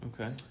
Okay